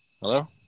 hello